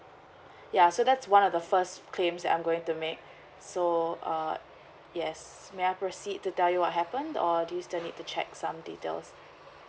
ya so that's one of the first claims that I'm going to make so uh yes may I proceed to tell you what happened or do you still need to check some details